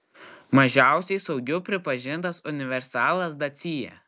mažiausiai saugiu pripažintas universalas dacia